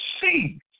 see